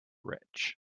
rich